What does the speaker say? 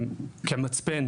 כמצפן,